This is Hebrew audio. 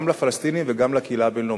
גם לפלסטינים וגם לקהילה הבין-לאומית.